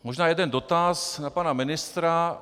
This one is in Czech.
Možná jeden dotaz na pana ministra.